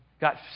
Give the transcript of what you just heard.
got